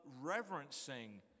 reverencing